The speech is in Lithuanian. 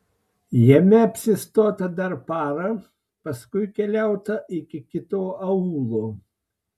jame apsistota dar parą paskui keliauta iki kito aūlo